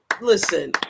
listen